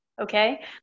okay